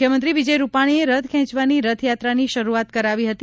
મુખ્યમંત્રી વિજયભાઇ રુપાણીએ રથ ખેંચાવીને રથયાત્રાની શરુઆત કરાવી હતી